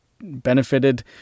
benefited